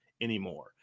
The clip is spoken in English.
anymore